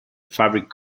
fabric